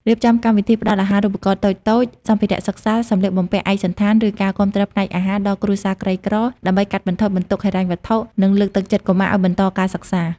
រៀបចំកម្មវិធីផ្តល់អាហារូបករណ៍តូចៗ សម្ភារៈសិក្សា សម្លៀកបំពាក់ឯកសណ្ឋាន ឬការគាំទ្រផ្នែកអាហារដល់គ្រួសារក្រីក្រ ដើម្បីកាត់បន្ថយបន្ទុកហិរញ្ញវត្ថុ និងលើកទឹកចិត្តកុមារឱ្យបន្តការសិក្សា។